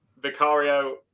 Vicario